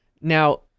Now